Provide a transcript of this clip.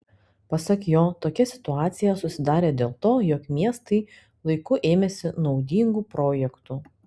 pasak jo tokia situacija susidarė dėl to jog miestai laiku ėmėsi naudingų projektų